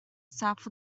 south